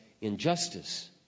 injustice